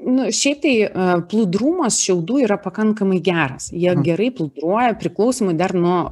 nu šiaip tai e plūdrumas šiaudų yra pakankamai geras jie gerai plūdruoja priklausomai dar nuo